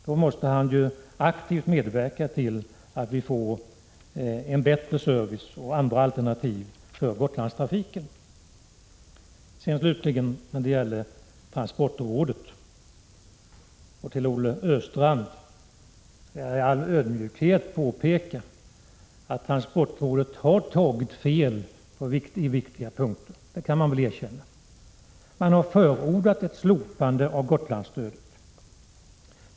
Då måste han aktivt medverka till att vi får en bättre service och andra alternativ för Gotlandstrafiken. Slutligen vill jag i all ödmjukhet påpeka för Olle Östrand att transportrådet har tagit fel på viktiga punkter. Det kan man väl erkänna. Transportrådet har — Prot. 1986/87:18 förordat att man skall slopa Gotlandsstödet.